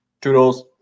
Toodles